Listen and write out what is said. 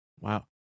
Wow